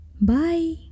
bye